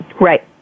Right